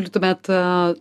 ir tuomet